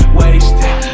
wasted